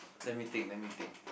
let me think let me think